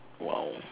!wow!